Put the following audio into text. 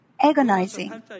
agonizing